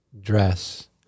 dress